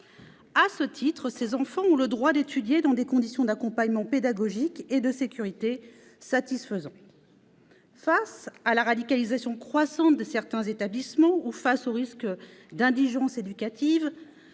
À ce titre, ces enfants ont le droit d'étudier dans des conditions d'accompagnement pédagogique et de sécurité satisfaisantes. Face à la radicalisation croissante de certains établissements ou face au risque d'indigence éducative,